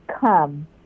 come